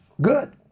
good